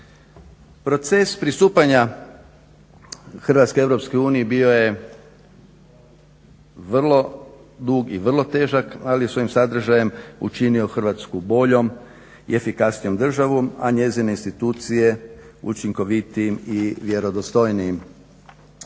Proces pristupanja Hrvatske EU bio je vrlo dug i vrlo težak ali je svojim sadržajem učinio Hrvatsku boljom i efikasnijom državom, a njezine institucije učinkovitijim i vjerodostojnijim.